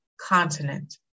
continent